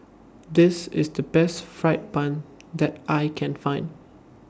This IS The Best Fried Bun that I Can Find